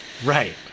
Right